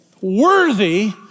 worthy